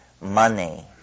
money